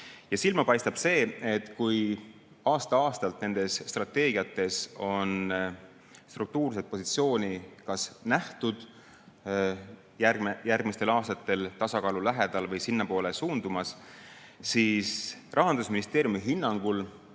Silma paistab see, et kui aasta-aastalt nendes strateegiates on struktuurset positsiooni kas nähtud järgmistel aastatel tasakaalu lähedal või sinnapoole suundumas, siis Rahandusministeeriumi hinnangul